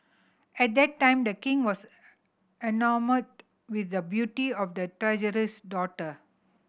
at that time The King was enamoured with the beauty of the treasurer's daughter